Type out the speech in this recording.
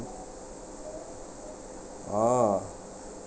a'ah